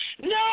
No